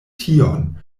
tion